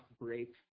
break